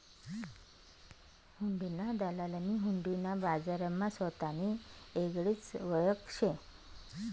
हुंडीना दलालनी हुंडी ना बजारमा सोतानी येगळीच वयख शे